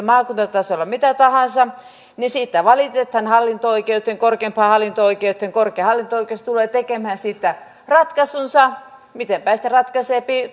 maakuntatasolla mitä tahansa niin siitä valitetaan hallinto oikeuteen korkeimpaan hallinto oikeuteen korkein hallinto oikeus tulee tekemään siitä ratkaisunsa miten päin sitten ratkaiseepi